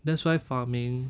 that's why farming